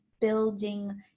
building